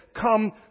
come